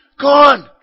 gone